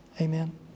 Amen